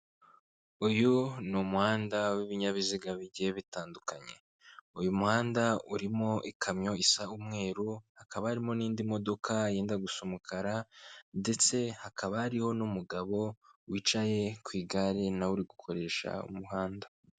Uyu ni umuhanda w'ibinyabiziga bigiye bitandukanye; uyu muhanda urimo ikamyo isa umweru; hakaba harimo n'indi modoka yenda gusa umukara; ndetse hakaba hariho n'umugabo wicaye ku igare nawe uri gukoresha umuhanda.